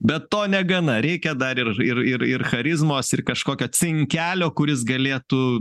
bet to negana reikia dar ir ir ir ir charizmos ir kažkokio cinkelio kuris galėtų